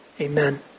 Amen